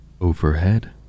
Overhead